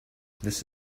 this